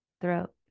Throat